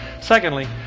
Secondly